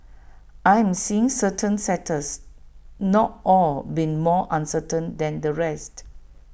I am seeing certain sectors not all being more uncertain than the rest